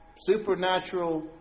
Supernatural